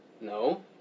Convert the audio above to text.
No